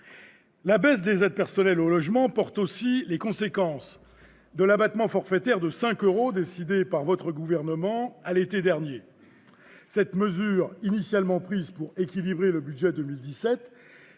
La baisse des aides personnalisées au logement porte aussi les conséquences de l'abattement forfaitaire de cinq euros décidé par le Gouvernement à l'été dernier. Cette mesure, initialement prise pour équilibrer le budget pour